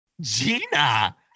Gina